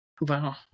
Wow